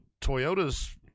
Toyota's